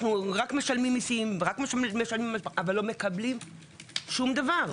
אנחנו רק משלמים מיסים אבל לא מקבלים שום דבר.